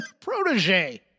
protege